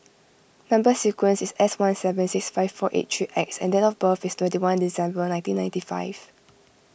Number Sequence is S one seven six five four eight three X and date of birth is twenty one December nineteen ninety five